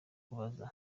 kubaza